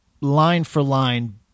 line-for-line